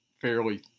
fairly